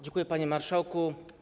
Dziękuję, panie marszałku.